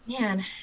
man